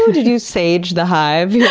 did you sage the hive? yeah